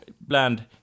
bland